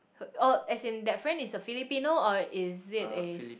oh as in that friend is the Filipino or is it is